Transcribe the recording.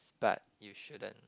but you shouldn't